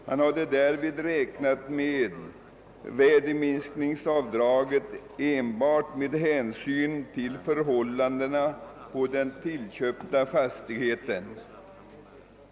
Han hade därvid räknat med att värdeminskningsavdraget enbart skulle påföras den tillköpta fastigheten.